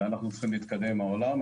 ואנחנו צריכים להתקדם עם העולם.